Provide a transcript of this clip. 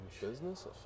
Business